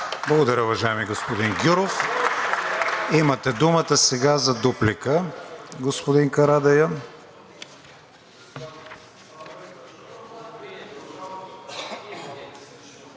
Благодаря, господин Гюров. Имате думата сега за дуплика, господин Карадайъ.